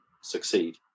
succeed